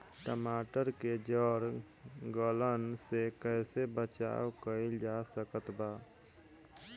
टमाटर के जड़ गलन से कैसे बचाव कइल जा सकत बा?